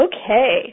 Okay